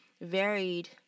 varied